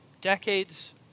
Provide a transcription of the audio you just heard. decades